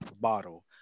bottle